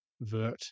vert